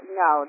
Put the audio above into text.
no